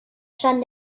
schon